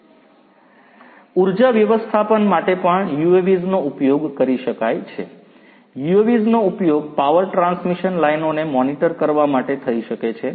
ઊર્જા વ્યવસ્થાપન માટે પણ UAVs નો ઉપયોગ કરી શકાય છે UAVs નો ઉપયોગ પાવર ટ્રાન્સમિશન લાઇનોને મોનિટર કરવા માટે થઈ શકે છે